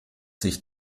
sich